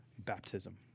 baptism